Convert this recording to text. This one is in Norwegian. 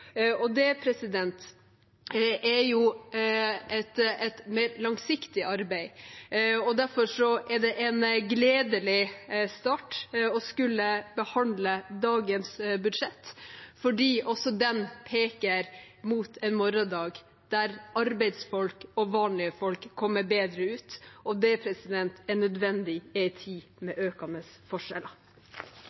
Det er jo et mer langsiktig arbeid. Derfor er det en gledelig start å skulle behandle dagens budsjett, fordi også det peker mot en morgendag der arbeidsfolk og vanlige folk kommer bedre ut. Det er nødvendig i en tid med økende forskjeller.